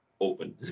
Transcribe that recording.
open